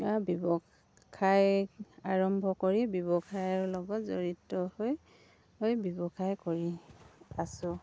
ব্যৱসায় আৰম্ভ কৰি ব্যৱসায়ৰ লগত জড়িত হৈ হৈ ব্যৱসায় কৰি আছোঁ